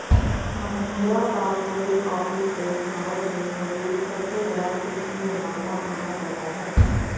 Mahindra corporate office को भारत में मौजूद सबसे बड़ा कृषि निर्माता माना जाता है